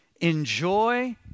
Enjoy